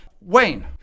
Wayne